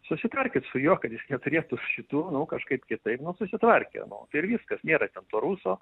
susitarkit su juo kad jis neturėtų šitų nu kažkaip kitaip nu susitvarkė nu tai ir viskas nėra to ruso